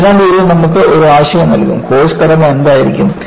അതിനാൽ ഇത് നമുക്ക് ഒരു ആശയം നൽകും കോഴ്സ് ഘടന എന്തായിരിക്കും